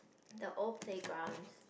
the old playgrounds